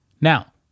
Now